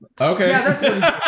Okay